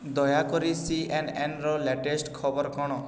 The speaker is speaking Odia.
ଦୟାକରି ସିଏନ୍ଏନ୍ର ଲାଟେଷ୍ଟ ଖବର କ'ଣ